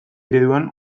ereduan